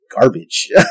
garbage